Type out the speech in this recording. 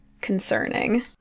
concerning